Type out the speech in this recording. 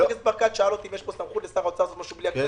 חבר הכנסת ברקת שאל אותי אם יש סמכות לשר האוצר לעשות משהו בלי הכנסת,